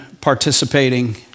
participating